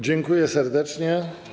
Dziękuję serdecznie.